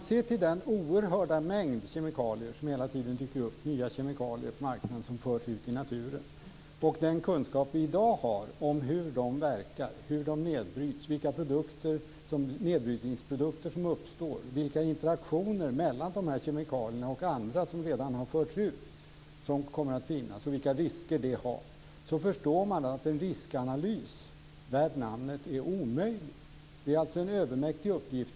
Sett till den oerhörda mängd kemikalier som hela tiden dyker upp - nya kemikalier på marknaden som förs ut i naturen - och den kunskap vi i dag har om hur de verkar, hur de bryts ned, vilka nedbrytningsprodukter som uppstår, vilka interaktioner mellan de här kemikalierna och andra som redan förts ut som kommer att finnas och vilka riskerna är, förstår man att en riskanalys värd namnet är omöjlig. Det är alltså en övermäktig uppgift.